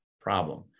problem